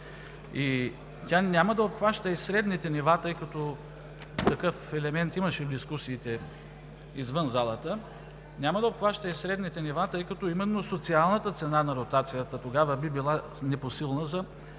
Тя няма да обхваща средните нива, тъй като такъв елемент имаше в дискусиите извън залата, няма да обхваща и средните нива, тъй като именно социалната цена на ротацията тогава би била непосилна за